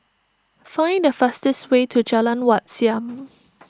find the fastest way to Jalan Wat Siam